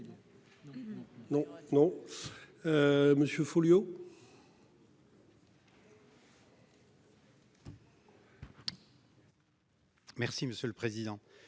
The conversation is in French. Non, non. Monsieur Folliot. Merci monsieur le président.